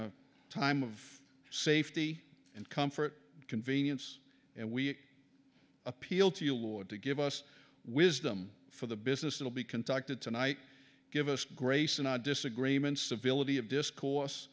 a time of safety and comfort convenience and we appeal to you would to give us wisdom for the business will be conducted tonight give us grace and disagreements civility of discourse